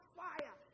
fire